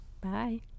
bye